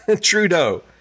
Trudeau